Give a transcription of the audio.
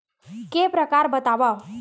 के प्रकार बतावव?